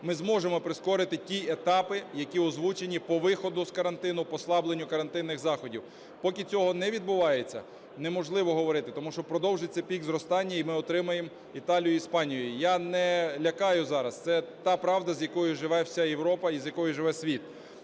ми зможемо прискорити ті етапи, які озвучені по виходу з карантину, послабленню карантинних заходів. Поки цього не відбувається, неможливо говорити, тому що продовжиться пік зростання і ми отримаємо Італію, Іспанію. Я не лякаю зараз, це та правда, з якою живе вся Європа і з якою живе світ.